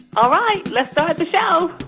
all right. let's start the show